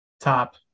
top